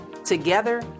Together